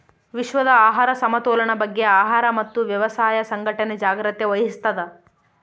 ವಿಶ್ವದ ಆಹಾರ ಸಮತೋಲನ ಬಗ್ಗೆ ಆಹಾರ ಮತ್ತು ವ್ಯವಸಾಯ ಸಂಘಟನೆ ಜಾಗ್ರತೆ ವಹಿಸ್ತಾದ